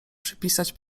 przypisać